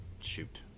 shoot